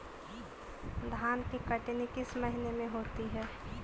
धान की कटनी किस महीने में होती है?